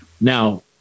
Now